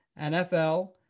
NFL